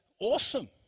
awesome